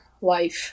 life